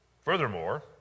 Furthermore